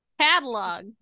catalog